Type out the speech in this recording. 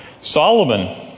Solomon